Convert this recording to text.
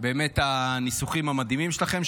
כל הניסוחים המדהימים שלכם,